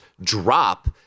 drop